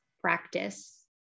practice